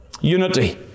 unity